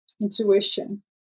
intuition